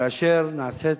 כאשר נעשית